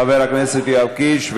חבר הכנסת יואב קיש.